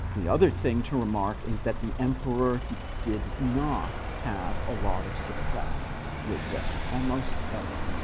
the other thing to remark is that the emperor did not have a lot of success with this, almost ever.